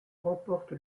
remporte